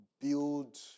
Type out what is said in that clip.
Build